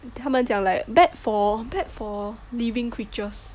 他们讲 like bad for bad for living creatures